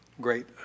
great